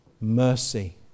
mercy